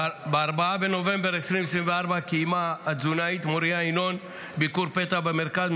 ב-4 בנובמבר 2024 קיימה התזונאית מוריה ינון ביקור פתע במרכז.